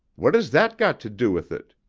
what has that got to do with it?